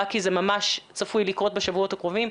רק כי זה ממש צפוי לקרות בשבועות הקרובים,